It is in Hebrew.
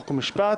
חוק ומשפט.